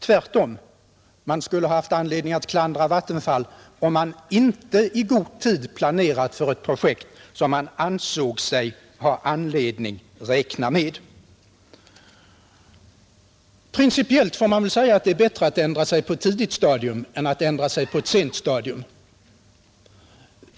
Tvärtom, det skulle ha funnits anledning klandra Vattenfall, om man inte i god tid planerat för ett projekt som man ansåg sig ha anledning räkna med. Principiellt får man säga att det är bättre att ändra sig på ett tidigt stadium än att ändra sig på ett sent stadium.